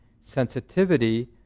sensitivity